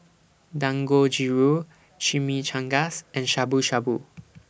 Dangojiru Chimichangas and Shabu Shabu